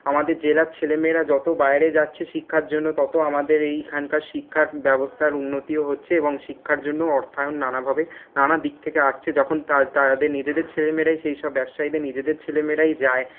আমাদের জেলার ছেলেমেয়েরা যত বাইরে যাচ্ছে শিক্ষার জন্য তত আমাদের এইখানকার শিক্ষার ব্যবস্থার উন্নতিও হচ্ছে এবং শিক্ষার জন্য অর্থায়ন নানাভাবে নানাদিক থেকে আসছে যখন তাদের নিজেদের ছেলেমেয়েরাই সেইসব ব্যবসায়ীদের নিজেদের ছেলেমেয়েরাই যায়